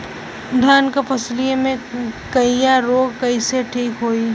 धान क फसलिया मे करईया रोग कईसे ठीक होई?